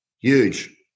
Huge